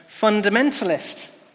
fundamentalists